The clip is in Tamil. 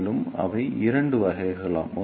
மேலும் அவை இரண்டு வகைகளாகும்